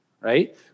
right